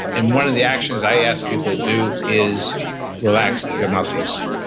and one of the actions i ask people to do is relax their muscles,